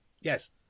yes